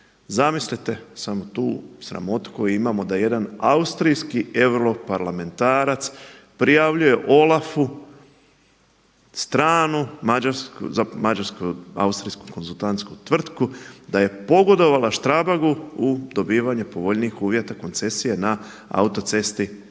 Zamislite samo tu sramotu koju imamo da jedan austrijski europarlamentarac prijavljuje Olafu stranu mađarsko-austrijsku konzultantsku tvrtku, da je pogodovala Strabagu u dobivanje povoljnijih uvjeta koncesije na autocesti Zagreb